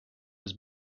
his